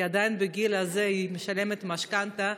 כי עדיין בגיל הזה היא משלמת משכנתה,